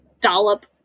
dollop